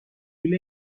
طول